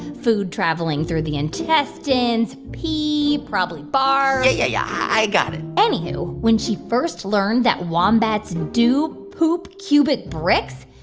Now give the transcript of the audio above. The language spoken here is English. food traveling through the intestines, pee, probably barf yeah, yeah, yeah. i got it anywho, when she first learned that wombats do poop cubic bricks,